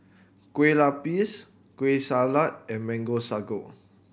Kueh Lapis Kueh Salat and Mango Sago